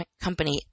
company